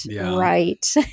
right